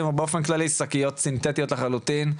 ובאופן כללי שקיות סינטטיות לחלוטין,